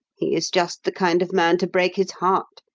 he is just the kind of man to break his heart,